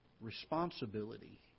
responsibility